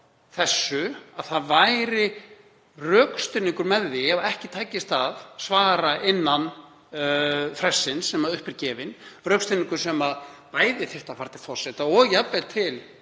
þessu, að það væri rökstuðningur með því ef ekki tækist að svara innan frestsins sem upp er gefinn. Rökstuðningur sem bæði þyrfti að fara til forseta og jafnvel til